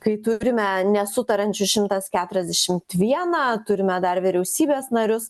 kai turime nesutariančių šimtas keturiasdešimt vieną turime dar vyriausybės narius